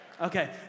Okay